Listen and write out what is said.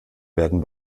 werden